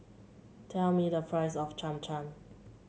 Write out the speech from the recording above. tell me the price of Cham Cham